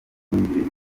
imicungire